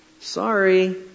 Sorry